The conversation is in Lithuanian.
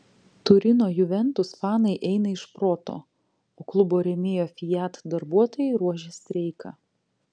turino juventus fanai eina iš proto o klubo rėmėjo fiat darbuotojai ruošia streiką